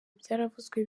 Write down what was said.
byaravuzwe